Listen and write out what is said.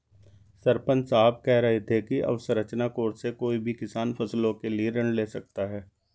सरपंच साहब कह रहे थे कि अवसंरचना कोर्स से कोई भी किसान फसलों के लिए ऋण ले सकता है